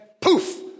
poof